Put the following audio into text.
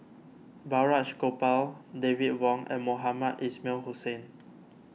Balraj Gopal David Wong and Mohamed Ismail Hussain